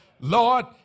Lord